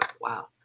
Wow